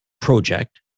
project